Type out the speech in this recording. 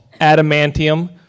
adamantium